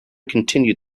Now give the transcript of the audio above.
continued